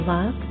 Love